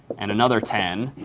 and another ten,